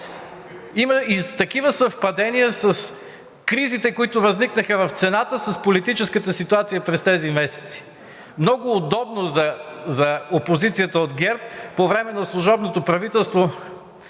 има и такива съвпадения с кризите, които възникнаха в цената, с политическата ситуация през тези месеци?! Много удобно за опозицията от ГЕРБ – по време на служебното правителство